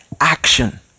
action